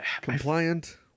Compliant